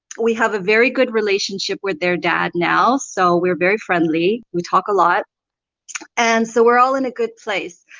we have a very good relationship with their dad now. so we're very friendly. we talk a lot and so we're all in a good place.